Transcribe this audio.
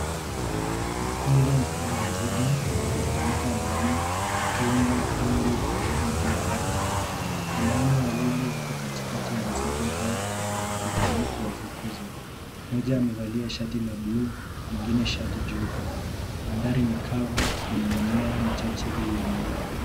Mkondo mkubwa wa nzige unatawanyika angani ukiunda wingu zito juu ya ardhi. Wanaume wawili wako katikati ya nzige hao wakijaribu kuwafukuza. Mmoja amevalia shati la blue na mwingine shati jeupe mandhari ni kavu yenye mimea michache iliyo kauka.